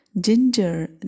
ginger